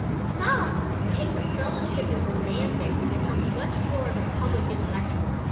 some take the fellowship as a mandate to become much more of a public intellectual,